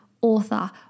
author